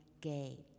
gay